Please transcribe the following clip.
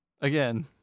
again